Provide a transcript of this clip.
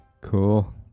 cool